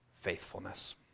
faithfulness